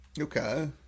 Okay